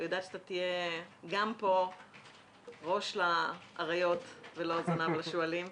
יודעת שאתה תהיה גם פה ראש לאריות ולא זנב לשועלים.